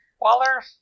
Waller